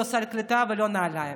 לא סל קליטה ולא נעליים.